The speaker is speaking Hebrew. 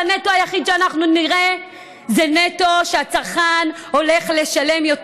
והנטו היחיד שאנחנו נראה זה נטו שהצרכן הולך לשלם יותר.